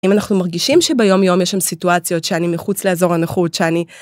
אם אנחנו מרגישים שביום יום יש שם סיטואציות שאני מחוץ לאיזור הנוחות שאני...